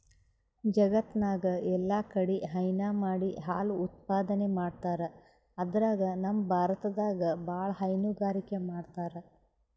ಜಗತ್ತ್ನಾಗ್ ಎಲ್ಲಾಕಡಿ ಹೈನಾ ಮಾಡಿ ಹಾಲ್ ಉತ್ಪಾದನೆ ಮಾಡ್ತರ್ ಅದ್ರಾಗ್ ನಮ್ ಭಾರತದಾಗ್ ಭಾಳ್ ಹೈನುಗಾರಿಕೆ ಮಾಡ್ತರ್